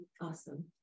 Awesome